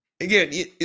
Again